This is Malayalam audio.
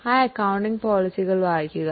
ആ അക്കൌണ്ടിംഗ് നയങ്ങളിലൂടെ കടന്നുപോകുക